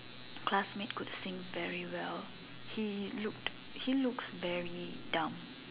classmate could sing very well he looked he looks very dumb